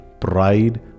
pride